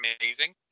amazing